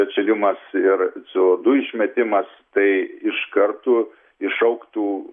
atšilimas ir co du išmetimas tai iš karto iššauktų